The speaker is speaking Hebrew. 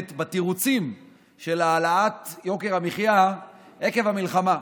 בתירוצים של העלאת יוקר המחיה עקב המלחמה.